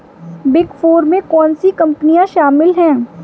Big four में कौन सी कंपनियाँ शामिल हैं?